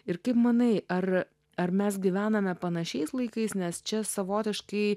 ir kaip manai ar ar mes gyvename panašiais laikais nes čia savotiškai